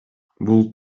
бул